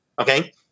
Okay